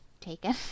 taken